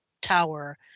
tower